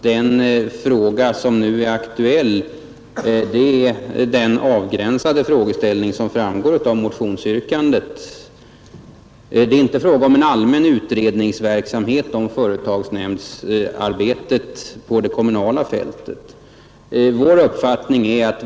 Det nu aktuella motionsyrkandet gäller en avgränsad fråga och inte en allmän utredningsverksamhet om företagsnämndsarbetet på det kommunala fältet.